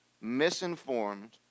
misinformed